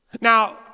Now